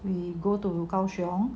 we go to gaoxiong